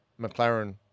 McLaren